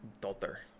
daughter